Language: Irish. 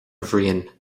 bhriain